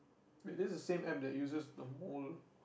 wait this is the same App that uses the mole